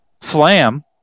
Slam